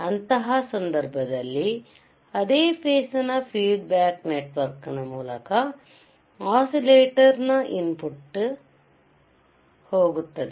ಅಂತಹ ಸಂದರ್ಭದಲ್ಲಿ ಅದೇ ಫೇಸ್ ನ ಫೀಡ್ ಬ್ಯಾಕ್ ನೆಟ್ ವರ್ಕ್ ನ ಮೂಲಕ ಒಸಿಲೇಟಾರ್ನ ಇನ್ ಪುಟ್ ಗೆ ಹೋಗುತ್ತದೆ